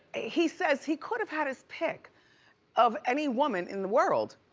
he says he could've had his pick of any woman in the world.